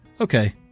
Okay